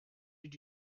did